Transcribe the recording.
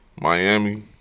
Miami